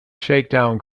shakedown